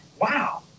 Wow